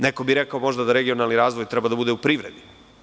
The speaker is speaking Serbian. Neko bi rekao možda da regionalni razvoj treba da bude u privredi.